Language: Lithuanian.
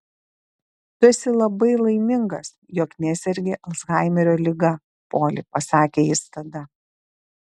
tu esi labai laimingas jog nesergi alzhaimerio liga poli pasakė jis tada